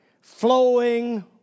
flowing